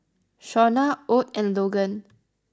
Shaunna Ott and Logan